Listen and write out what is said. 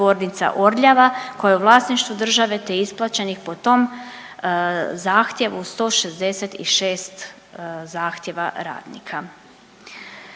tvornica Orljava koja je u vlasništvu države te isplaćenih po tom zahtjevu 166 zahtjeva radnika.